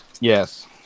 yes